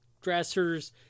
dressers